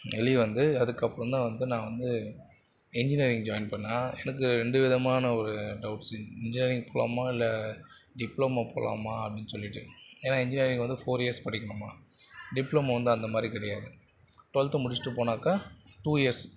வெளியே வந்து அதுக்கப்புறம் தான் வந்து நான் வந்து இன்ஜினியரிங் ஜாயின் பண்ணேன் எனக்கு ரெண்டு விதமான ஒரு டவுட்ஸு இன்ஜினியரிங் போகலாமா இல்லை டிப்ளமோ போகலாமா அப்படின்னு சொல்லிவிட்டு ஏன்னால் இன்ஜினியரிங் வந்து ஃபோர் இயர்ஸ் படிக்கணுமாம் டிப்ளமோ வந்து அந்தமாதிரி கிடையாது டுவெல்த்து முடித்துட்டு போனாக்க டூ இயர்ஸ்